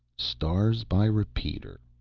stars by repeater,